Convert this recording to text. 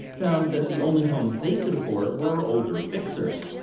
found that the only homes they could afford were older fixers